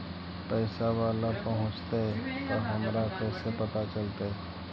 पैसा बाला पहूंचतै तौ हमरा कैसे पता चलतै?